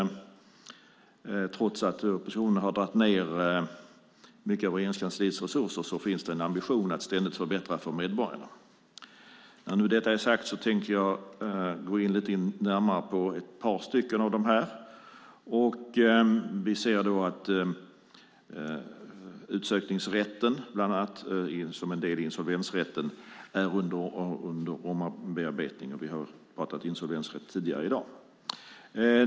Trots att oppositionen har dragit ned mycket på Regeringskansliets resurser finns där en ambition att ständigt förbättra för medborgarna. När nu detta är sagt tänker jag gå in lite närmare på ett par av motionerna. Vi ser att utsökningsrätten som en del av insolvensrätten är under bearbetning. Vi har pratat insolvensrätt tidigare i dag.